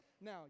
Now